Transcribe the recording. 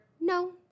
No